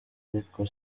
ariko